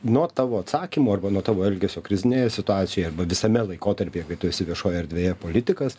nuo tavo atsakymų arba nuo tavo elgesio krizinėje situacijoje arba visame laikotarpyje kai tu esi viešoje erdvėje politikas